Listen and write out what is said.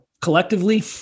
collectively